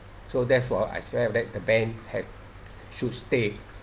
so therefore I felt that the ban had should stay